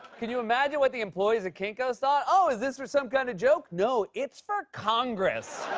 can you imagine what the employees at kinkos thought? oh, is this for some kind of joke? no, it's for congress.